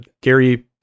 Gary